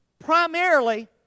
primarily